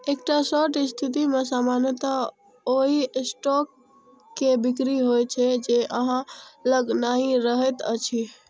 एकटा शॉर्ट स्थिति मे सामान्यतः ओइ स्टॉक के बिक्री होइ छै, जे अहां लग नहि रहैत अछि